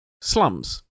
slums